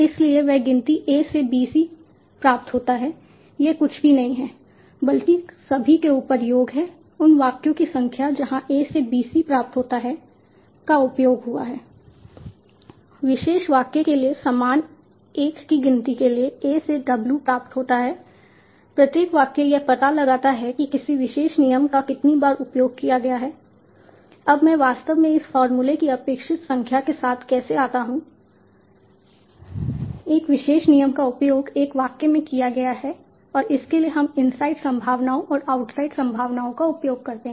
इसलिए वह गिनती A से B C प्राप्त होता है यह कुछ भी नहीं है बल्कि सभी के ऊपर योग है उन वाक्यों की संख्या जहां A से B C प्राप्त होता है का उपयोग हुआ है विशेष वाक्य के लिए समान 1 की गिनती के लिए A से W प्राप्त होता है प्रत्येक वाक्य यह पता लगाता है कि किसी विशेष नियम का कितनी बार उपयोग किया गया है अब मैं वास्तव में इस फॉर्मूले की अपेक्षित संख्या के साथ कैसे आता हूं एक विशेष नियम का उपयोग एक वाक्य में किया गया है और इसके लिए हम इनसाइड संभावनाओं और आउटसाइड संभावनाओं का उपयोग करते हैं